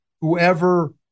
whoever